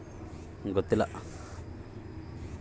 ನನ್ನ ಉತ್ಪನ್ನದ ತೇವಾಂಶ ಕಂಡು ಹಿಡಿಯುವುದು ಹೇಗೆ?